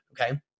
okay